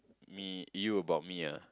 me you about me ah